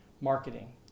Marketing